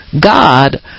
God